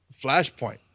Flashpoint